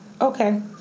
Okay